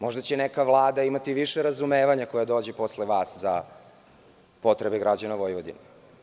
Možda će neka Vlada imati više razumevanja koja dođe posle vas za potrebe građana Vojvodine.